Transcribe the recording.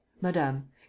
Madame